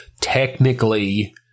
technically